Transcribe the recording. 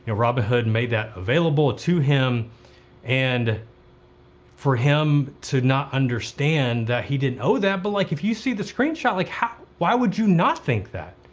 ah robinhood made that available to him and for him to not understand that he didn't owe that, but like, if you see the screenshot, like how, why would you not think that?